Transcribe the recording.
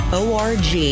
org